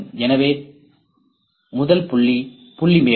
எனவே முதல் புள்ளி புள்ளி மேகம்